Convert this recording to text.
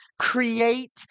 create